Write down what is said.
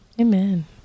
amen